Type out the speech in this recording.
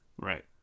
Right